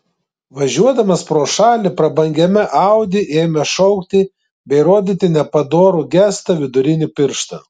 važiuodamas pro šalį prabangiame audi ėmė šaukti bei rodyti nepadorų gestą vidurinį pirštą